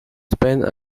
spend